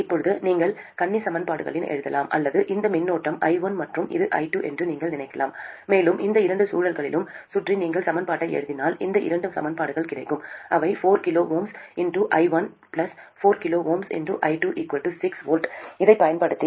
இப்போது நீங்கள் கண்ணி சமன்பாடுகளை எழுதலாம் அல்லது இந்த மின்னோட்டம் i1 மற்றும் இது i2 என்று நீங்கள் நினைக்கலாம் மேலும் இந்த இரண்டு சுழல்களைச் சுற்றி நீங்கள் சமன்பாட்டை எழுதினால் இந்த இரண்டு சமன்பாடுகள் கிடைக்கும் அவை 4 kΩi1 2 kΩi2 18 V மற்றும் 2 kΩi1 4 kΩi2 6 V